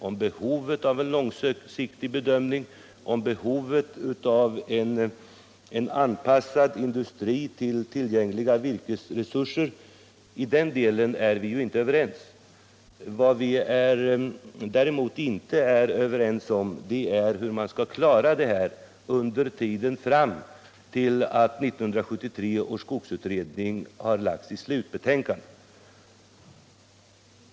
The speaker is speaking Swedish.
Om behovet av en långsiktig bedömning och om behovet av en till tillgängliga virkesresurser anpassad industri är vi ju överens. Vad vi däremot inte är överens om är hur man skall klara det här under tiden fram till dess att 1973 års skogsutredning har lagt sitt slutbetänkande.